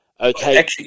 Okay